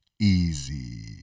easy